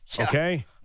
okay